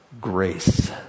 grace